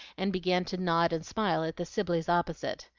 and began to nod and smile at the sibleys opposite.